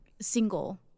single